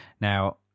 Now